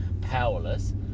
powerless